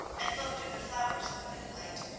and looked at the flowers in the moonlight.